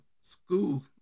school